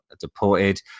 deported